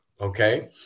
okay